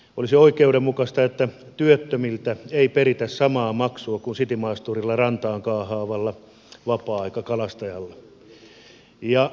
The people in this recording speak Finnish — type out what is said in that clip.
olisi oikeudenmukaista että työttömältä ei perittäisi samaa maksua kuin citymaasturilla rantaan kaahaavalta vapaa aikakalastajalta